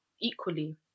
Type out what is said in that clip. equally